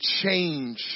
change